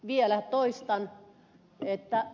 vielä toistan